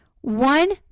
One